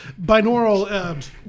Binaural